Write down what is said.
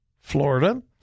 Florida